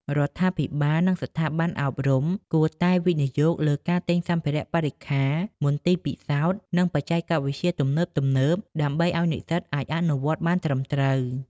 រដ្ឋាភិបាល និងស្ថាប័នអប់រំគួរតែវិនិយោគលើការទិញសម្ភារៈបរិក្ខារ មន្ទីរពិសោធន៍ និងបច្ចេកវិទ្យាទំនើបៗ ដើម្បីឱ្យនិស្សិតអាចអនុវត្តបានត្រឹមត្រូវ។